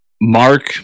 Mark